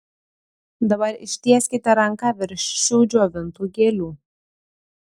dabar ištieskite ranką virš šių džiovintų gėlių